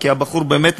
כי הבחור באמת מוכשר.